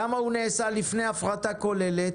למה הוא נעשה לפני הפרטה כוללת,